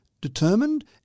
determined